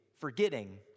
forgetting